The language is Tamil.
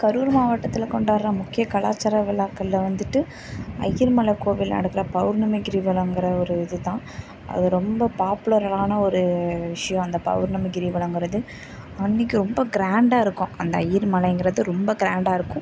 கரூர் மாவட்டத்தில் கொண்டாடுற முக்கிய கலாச்சார விழாக்கள்ல வந்துட்டு ஐயர் மலை கோவிலில் நடக்கிற பௌர்ணமி கிரிவலம்கிற ஒரு இதுதான் அது ரொம்ப பாப்புலரான ஒரு விஷயம் அந்த பௌர்ணமி கிரிவலம்கிறது அன்றைக்கி ரொம்ப க்ராண்டாக இருக்கும் அந்த ஐயர் மலைங்கிறது ரொம்ப க்ராண்டாக இருக்கும்